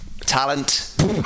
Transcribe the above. Talent